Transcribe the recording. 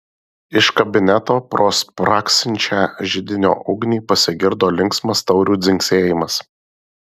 iš kabineto pro spragsinčią židinio ugnį pasigirdo linksmas taurių dzingsėjimas